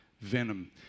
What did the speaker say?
venom